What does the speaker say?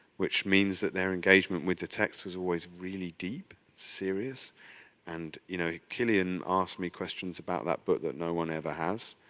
which means that their engagement with the text was always really deep, serious. mp and you know cillian asked me questions about that book that no one ever has.